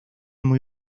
muy